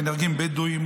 ונהרגים בדואים,